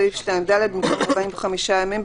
בסעיף 2(ד) במקום: "45 ימים",